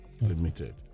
limited